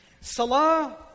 Salah